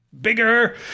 bigger